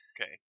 Okay